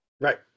Right